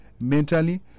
mentally